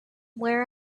where